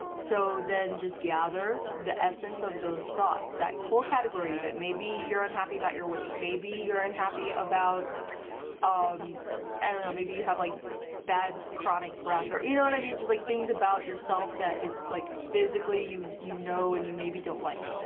so then, just gather the essence of those thoughts, that whole category. maybe you're unhappy about your weight maybe you're unhappy about um i don't know maybe you have like bad chronic breath you know what i mean just like things about yourself that is like physically you you know and you maybe don't like.